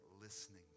listening